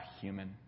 human